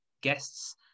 guests